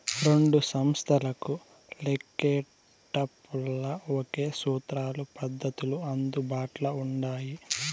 రెండు సంస్తలకు లెక్కేటపుల్ల ఒకే సూత్రాలు, పద్దతులు అందుబాట్ల ఉండాయి